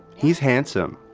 he's handsome.